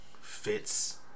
fits